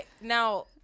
Now